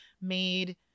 made